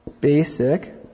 basic